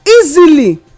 easily